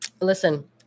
Listen